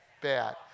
Bad